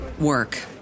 work